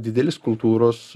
didelis kultūros